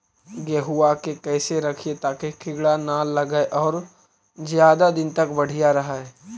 गेहुआ के कैसे रखिये ताकी कीड़ा न लगै और ज्यादा दिन तक बढ़िया रहै?